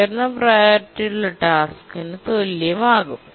ഉയർന്ന പ്രിയോറിറ്റി ഉള്ള ടാസ്കിനു തുല്യം ആകും